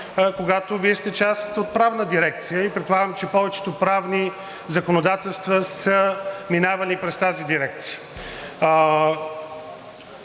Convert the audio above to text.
когато Вие сте част от Правната дирекция и предполагам, че повечето правни законодателства са минавали през тази дирекция,